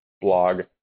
blog